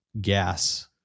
gas